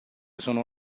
sono